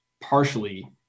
partially